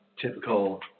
typical